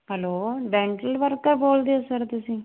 hello dental worker ਬੋਲਦੇ ਹੋ sir ਤੁਸੀਂ